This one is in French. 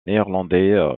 néerlandais